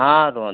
ହଁ ରୁହନ୍ତୁ